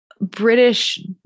British